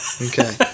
Okay